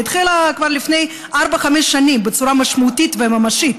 היא התחילה כבר לפני ארבע-חמש שנים בצורה משמעותית וממשית.